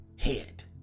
head